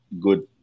good